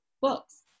books